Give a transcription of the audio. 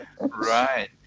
Right